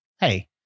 hey